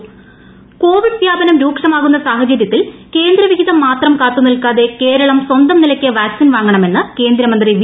Muraleedharan Covid വ്യാപനം രൂക്ഷമാകുന്ന സാഹചര്യത്തിൽ കേന്ദ്ര വിഹിതം മാത്രം കാത്തു നിൽക്കാതെ കേരളം സ്വന്തം നിലയ്ക്ക് വാക്സിൻ വാങ്ങണമെന്ന് കേന്ദ്രമന്ത്രി വി